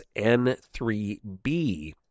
N3B